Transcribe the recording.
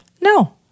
No